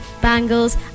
bangles